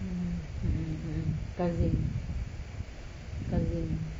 hmm mmhmm mmhmm kazim kazim